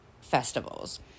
festivals